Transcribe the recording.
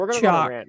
Chalk